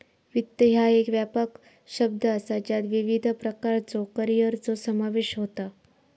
वित्त ह्या एक व्यापक शब्द असा ज्यात विविध प्रकारच्यो करिअरचो समावेश होता